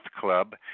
Club